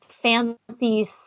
fancy